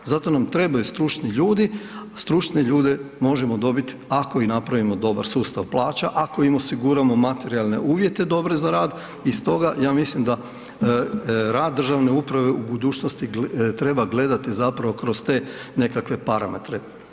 Zato nam trebaju stručni ljudi, a stručne ljude možemo dobiti ako i napravimo dobar sustav plaća, ako im osiguramo materijalne uvjete dobre za rad i stoga, ja mislim da rad državne uprave u budućnosti treba gledati zapravo kroz te nekakve parametre.